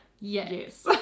yes